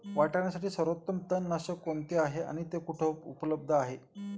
वाटाण्यासाठी सर्वोत्तम तणनाशक कोणते आहे आणि ते कुठे उपलब्ध आहे?